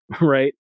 right